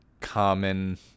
common